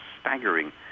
staggering